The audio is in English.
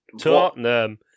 Tottenham